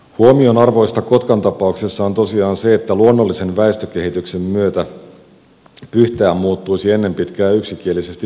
huomionarvoista kotkan tapauksessa on tosiaan se että luonnollisen väestökehityksen myötä pyhtää muuttuisi ennen pitkää yksikielisesti suomenkieliseksi